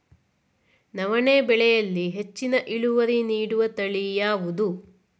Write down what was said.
ನವಣೆ ಬೆಳೆಯಲ್ಲಿ ಹೆಚ್ಚಿನ ಇಳುವರಿ ನೀಡುವ ತಳಿ ಯಾವುದು?